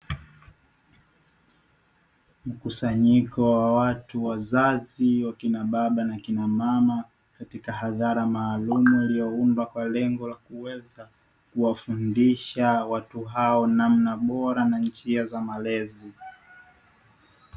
Mkusanyiko wa watu wazazi wababa na kina mama katika muhadhara maalumu ulioundwa kwa lengo la kuweza kuwafundisha watu hao, namna bora na njia za malezi.